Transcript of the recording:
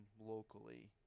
locally